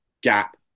gap